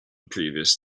previous